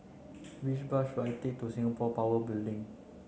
which bus should I take to Singapore Power Building